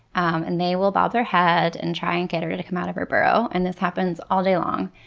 and they will bob their head and try and get her to to come out of her burrow. and this happens all day long.